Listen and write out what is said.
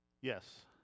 Yes